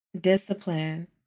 Discipline